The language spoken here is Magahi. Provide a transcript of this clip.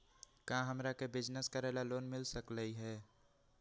का हमरा के बिजनेस करेला लोन मिल सकलई ह?